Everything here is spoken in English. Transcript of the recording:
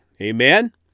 Amen